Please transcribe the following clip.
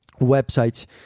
websites